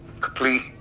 complete